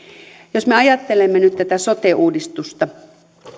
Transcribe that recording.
jos me ajattelemme nyt tätä sote uudistusta